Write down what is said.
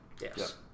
Yes